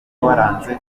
waranze